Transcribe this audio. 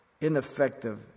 ineffective